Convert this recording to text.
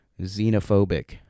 xenophobic